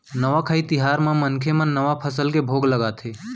नवाखाई तिहार म मनखे मन नवा फसल के भोग लगाथे